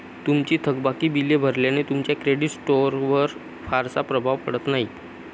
तुमची थकबाकी बिले भरल्याने तुमच्या क्रेडिट स्कोअरवर फारसा प्रभाव पडत नाही